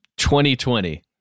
2020